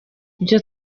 ibyo